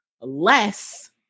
less